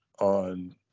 On